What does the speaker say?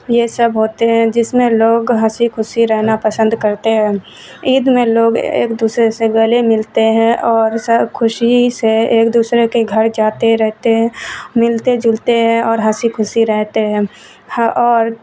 یہ سب ہوتے ہیں جس میں لوگ ہنسی خوسی رہنا پسند کرتے ہیں عید میں لوگ ایک دوسرے سے گلے ملتے ہیں اور سب خوشی سے ایک دوسرے کے گھر جاتے رہتے ملتے جلتے ہیں اور ہنسی خوسی رہتے ہیں اور